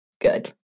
good